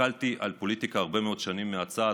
הסתכלתי על הפוליטיקה הרבה מאוד שנים מהצד,